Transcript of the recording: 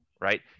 right